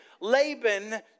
Laban